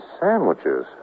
sandwiches